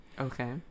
Okay